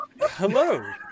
Hello